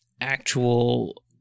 actual